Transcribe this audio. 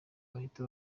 bahita